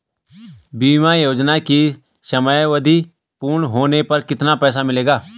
बीमा योजना की समयावधि पूर्ण होने पर कितना पैसा मिलेगा?